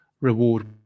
reward